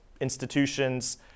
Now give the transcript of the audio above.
institutions